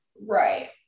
Right